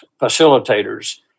facilitators